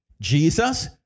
Jesus